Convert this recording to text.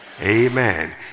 Amen